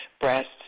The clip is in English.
breasts